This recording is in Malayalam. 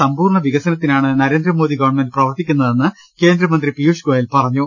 രാജ്യത്തിന്റെ സമ്പൂർണ വികസനത്തിനാണ് നരേന്ദ്രമോദി ഗവൺമെന്റ് പ്രവർത്തിക്കുന്നതെന്ന് കേന്ദ്രമന്ത്രി പീയുഷ് ഗോയൽ പറ ഞ്ഞു